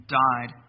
died